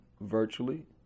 virtually